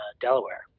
Delaware